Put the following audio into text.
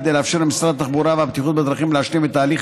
כדי לאפשר למשרד התחבורה והבטיחות בדרכים להשלים את הליך